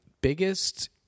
biggest